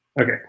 Okay